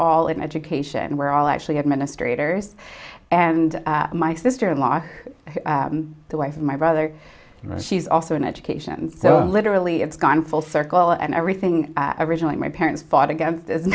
all in education and we're all actually administrators and my sister in law the wife my brother she's also in education so literally it's gone full circle and everything originally my parents thought again is